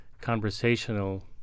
conversational